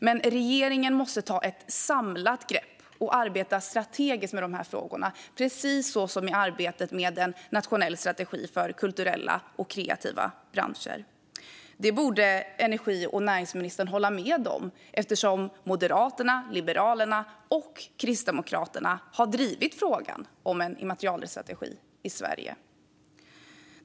Men regeringen måste ta ett samlat grepp och arbeta strategiskt med dessa frågor, precis som i arbetet med en nationell strategi för kulturella och kreativa branscher. Detta borde energi och näringsministern hålla med om eftersom Moderaterna, Liberalerna och Kristdemokraterna har drivit frågan om en immaterialrättsstrategi i Sverige.